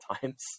times